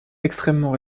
extrêmement